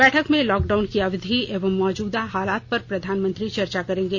बैठक में lockdown की अवधि एवं मौजूदा हालात पर प्रधानमंत्री चर्चा करेंगे